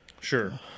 Sure